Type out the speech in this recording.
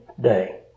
day